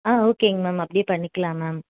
ஆ ஓகேங்க மேம் அப்படியே பண்ணிக்கலாம் மேம்